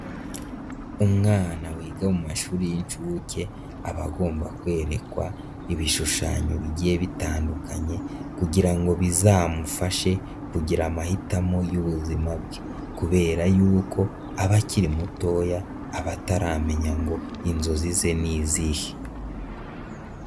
Umwana wiga mu mashuri y'inshuke, aba agomba kwerekwa ibishushanyo bigiye bitandukanye kugira ngo bizamufashe kugira amahitamo y'ubuzima bwe kubera yuko aba akiri mutoya abataramenya ngo inzozi ze ni izihe.